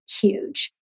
huge